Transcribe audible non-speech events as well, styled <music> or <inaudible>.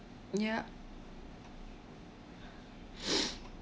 yup <noise>